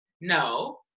no